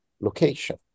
location